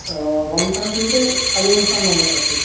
وَن پٮ۪ٹھ تھٲیزیو تُہۍ اَلیونَس تام نمبَر تَتھ تُہۍ